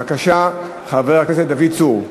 בבקשה, חבר הכנסת דוד צור.